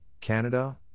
Canada